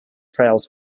trails